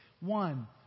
one